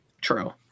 True